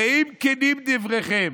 הרי אם כנים דבריכם,